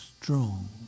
strong